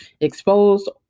exposed